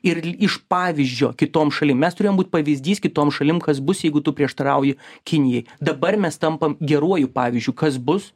ir iš pavyzdžio kitom šalim mes turėjom būt pavyzdys kitom šalim kas bus jeigu tu prieštarauji kinijai dabar mes tampam geruoju pavyzdžiu kas bus